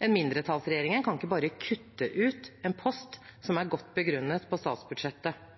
En mindretallsregjering kan ikke bare kutte ut en post på statsbudsjettet som er godt begrunnet.